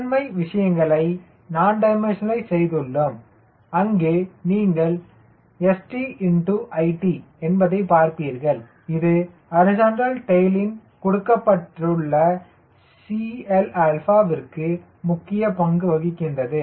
முதன்மை விஷயங்களை நான் டிமென்ஷன்ஸ்நளைஸ் செய்துள்ளோம் அங்கே நீங்கள் St x it என்பதை பார்ப்பீர்கள் இது ஹரிசாண்டல் டைலின் கொடுக்கப்பட்ட cL விற்கு முக்கிய பங்கு வகிக்கின்றது